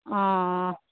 ও